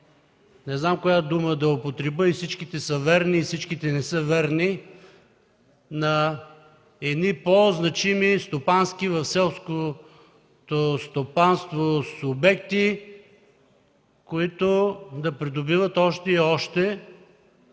не знам коя дума да употребя, всичките са верни, и всичките не са верни, на едни по-значими в селското стопанство субекти, които да придобиват още и още